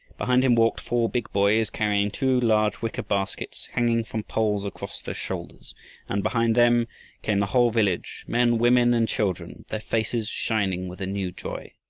behind him walked four big boys, carrying two large wicker baskets, hanging from poles across their shoulders and behind them came the whole village, men, women, and children, their faces shining with a new joy.